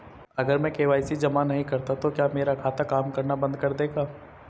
अगर मैं के.वाई.सी जमा नहीं करता तो क्या मेरा खाता काम करना बंद कर देगा?